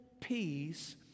peace